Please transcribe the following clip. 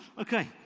Okay